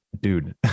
dude